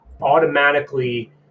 automatically